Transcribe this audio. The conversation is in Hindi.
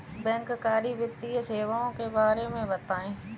बैंककारी वित्तीय सेवाओं के बारे में बताएँ?